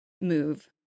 move